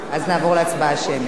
אז נעבור להצבעה שמית.